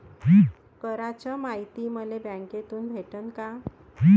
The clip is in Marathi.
कराच मायती मले बँकेतून भेटन का?